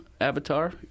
avatar